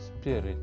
spirit